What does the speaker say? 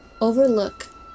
overlook